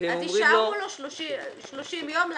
-- אז יישארו לו 30 יום להשגה.